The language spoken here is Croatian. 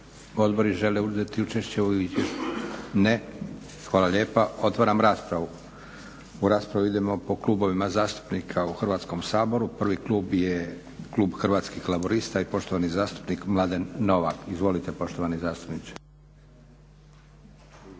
odbori žele uzeti učešće? Ne. Hvala lijepa. Otvaram raspravu. U raspravu idemo po klubovima zastupnika u Hrvatskom saboru. Prvi klub je klub Hrvatskih laburista i poštovani zastupnik Mladen Novak. Izvolite poštovani zastupniče.